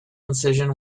incision